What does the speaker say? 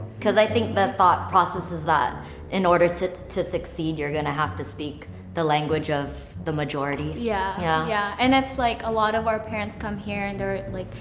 cause i think the thought process is that in order to succeed you're gonna have to speak the language of the majority. yeah, yeah yeah and it's like, a lot of our parents come here and they're like,